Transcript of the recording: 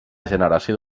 generació